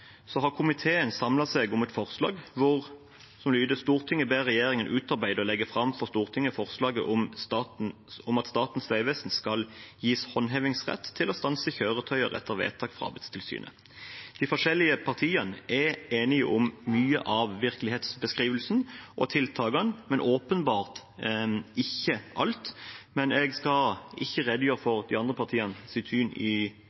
har komiteen samlet seg om et forslag som lyder: «Stortinget ber regjeringen utarbeide og legge frem for Stortinget forslag om at Statens Vegvesen skal gis håndhevingsrett til å stanse kjøretøyer etter vedtak fra Arbeidstilsynet.» De forskjellige partiene er enige om mye av virkelighetsbeskrivelsen og tiltakene, men selvsagt ikke alt. Jeg skal ikke redegjøre for de andre partienes syn i